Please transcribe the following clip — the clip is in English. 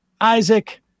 Isaac